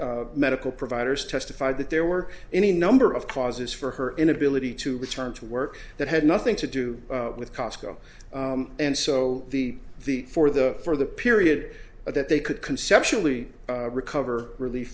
own medical providers testified that there were any number of causes for her inability to return to work that had nothing to do with cosco and so the the for the for the period that they could conceptually recover re